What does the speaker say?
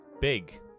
big